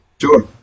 Sure